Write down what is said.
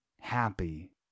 happy